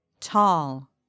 tall